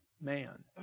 man